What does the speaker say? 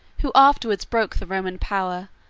who afterwards broke the roman power,